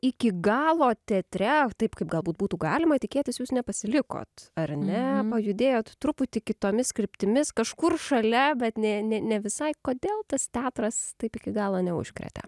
iki galo teatre taip kaip galbūt būtų galima tikėtis jūs nepasilikot ar ne pajudėjot truputį kitomis kryptimis kažkur šalia bet ne ne ne visai kodėl tas teatras taip iki galo neužkrėtė